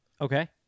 Okay